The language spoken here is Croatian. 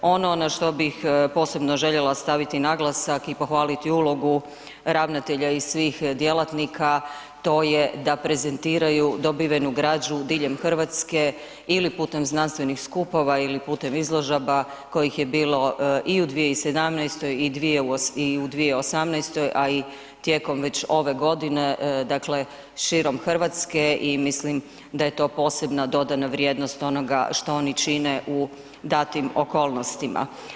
Ono na što bih posebno željela staviti naglasak i pohvaliti ulogu ravnatelja i svih djelatnika, to je da prezentiraju dobivenu građu diljem RH ili putem znanstvenih skupova ili putem izložaba kojih je bilo i u 2017. i u 2018., a i tijekom već ove godine, dakle, širom RH i mislim da je to posebno dodana vrijednost onoga što oni čine u datim okolnostima.